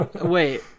Wait